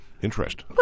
interest